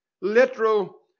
literal